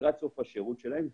לקראת סוף השירות שלהם.